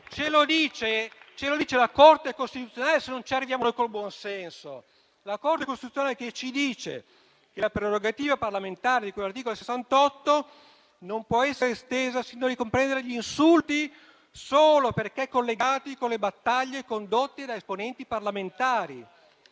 ce lo dice la Corte costituzionale, se non ci arriviamo noi con il buon senso. La Corte costituzionale ci dice che la prerogativa parlamentare di cui all'articolo 68 non può essere estesa sino a ricomprendere gli insulti, solo perché collegati con le battaglie condotte da esponenti parlamentari.